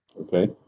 Okay